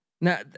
Now